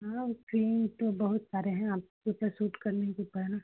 हाँ क्रीम तो बहुत सारे हैं आपके ऊपर सूट करने के ऊपर है ना